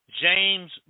James